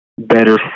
better